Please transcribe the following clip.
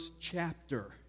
chapter